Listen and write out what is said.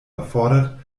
erfordert